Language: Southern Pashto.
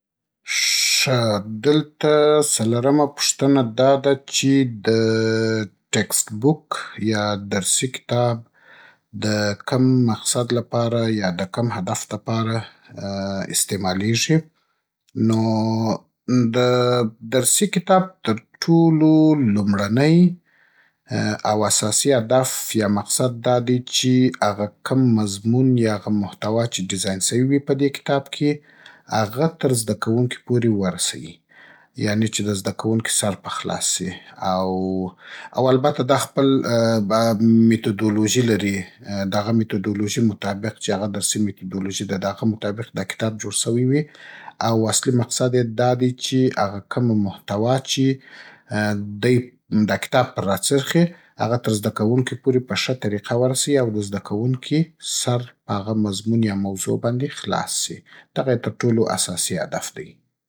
ښه! دلته څلرمه پوښتنه دا ده چې د ټېکسټ بوک يا درسي کتاب د کم مقصد لپاره يا د کم هدف د پاره اېستېمالېږي. نو د درسي کتاب تر ټولو لومړنی او اساسي ادف يا مقصد دا دی چې، اغه کم مضمون يا اغه موحتوا چې ډيزاين سوې وي په دې کتاب کې، اغه تر زده کوونکي پورې ورسوي - یانې چې د زده کوونکي سر په خلاص سي؛ او او البته دا خپل ميتودولوژي لري. د اغه ميتودولوژي مطابق چې اغه درسي ميتودولوژي ده د اغه مطابق دا کتاب جوړ سوی وي، او اصلي مقصد يې دا دی چې اغه کمه موحتوا چې دی دا کتاب پر راڅرخي، اغه تر زده کوونکي پورې په ښه طريقه ورسوي. او د زده کوونکي سر په اغه مضمون يا موضوع باندې خلاص سي. دغه يې تر ټولو اساسي ادف دی.